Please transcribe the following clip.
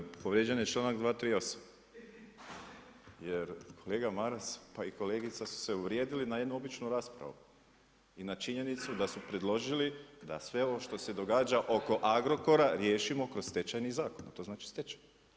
Mislim povrijeđen je članak 23. jer kolega Maras pa i kolegica su se uvrijedili na jednu običnu raspravu. i na činjenicu da su predložili da sve ovo što se događa oko Agrokora riješimo kroz stečajni zakon, to znači stečaj.